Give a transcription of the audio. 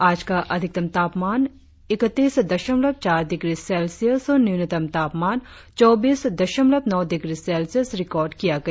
आज का अधिकतम तापमान इक्तीस दशमलव चार डिग्री सेल्सियस और न्यूनतम तापमान चौबीस दशमलवस नौ डिग्री सेल्सियस रिकार्ड किया गया